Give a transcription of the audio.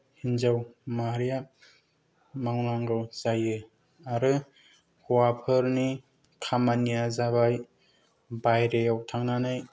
हिनजाव माहारिया मावनांगौ जायो आरो हौवाफोरनि खामानिया जाबाय बाहेरायाव थांनानै